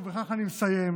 ובכך אני מסיים,